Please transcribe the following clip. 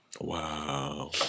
Wow